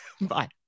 Bye